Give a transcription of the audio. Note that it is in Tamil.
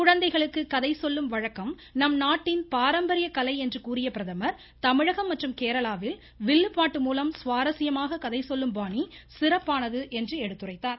குழந்தைகளுக்கு கதை சொல்லும் வழக்கம் நம் நாட்டின் பாரம்பரிய கலை என்று கூறிய பிரதமர் தமிழகம் மற்றும் கேரளாவில் வில்லுப்பாட்டு ருழலம் சுவாரஸ்யமாக கதைசொல்லும் பாணி சிறப்பானது என்று எடுத்துரைத்தார்